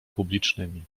publicznymi